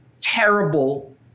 terrible